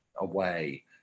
away